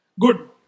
good